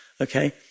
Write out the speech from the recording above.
Okay